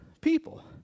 people